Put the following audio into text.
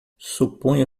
suponho